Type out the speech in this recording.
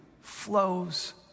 flows